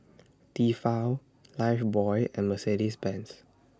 Tefal Lifebuoy and Mercedes Benz